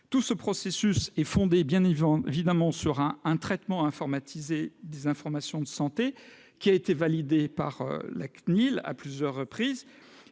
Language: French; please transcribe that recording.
Tout ce processus est bien évidemment fondé sur un traitement informatisé des informations de santé, qui a été validé par la CNIL à plusieurs reprises.